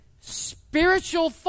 spiritual